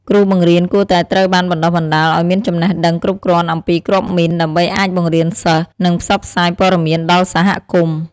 គ្រូបង្រៀនគួរតែត្រូវបានបណ្ដុះបណ្ដាលឱ្យមានចំណេះដឹងគ្រប់គ្រាន់អំពីគ្រាប់មីន ដើម្បីអាចបង្រៀនសិស្ស និងផ្សព្វផ្សាយព័ត៌មានដល់សហគមន៍។